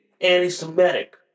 anti-Semitic